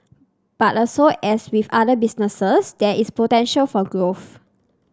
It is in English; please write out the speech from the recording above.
but also as with other businesses there is potential for growth